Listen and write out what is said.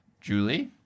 Julie